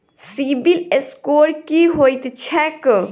CIBIL score की होइत छैक?